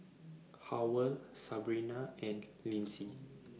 Howell Sabina and Lindsey